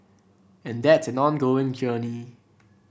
and that's an ongoing journey